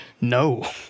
no